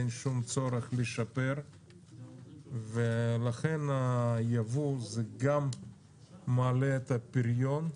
אין שום צורך לשפר ולכן היבוא גם מעלה את הפריון,